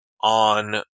on